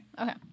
Okay